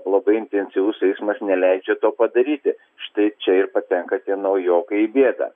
labai intensyvus eismas neleidžia to padaryti štai čia ir patenka tie naujokai į bėdą